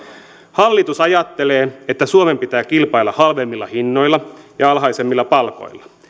hallitus ajattelee että suomen pitää kilpailla halvemmilla hinnoilla ja alhaisemmilla palkoilla